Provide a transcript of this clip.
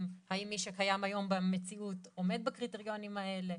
מי שקיים היום במציאות עומד בקריטריונים האלה.